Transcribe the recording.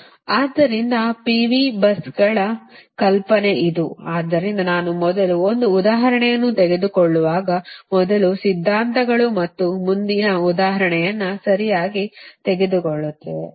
ಆದ್ದರಿಂದ P V ಬಸ್ಸುಗಳ ಕಲ್ಪನೆ ಇದು ಆದ್ದರಿಂದ ನಾನು ಮೊದಲು ಒಂದು ಉದಾಹರಣೆಯನ್ನು ತೆಗೆದುಕೊಳ್ಳುವಾಗ ಮೊದಲು ಸಿದ್ಧಾಂತಗಳು ಮತ್ತು ಮುಂದಿನ ಉದಾಹರಣೆಯನ್ನು ಸರಿಯಾಗಿ ತೆಗೆದುಕೊಳ್ಳುತ್ತದೆ